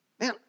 Man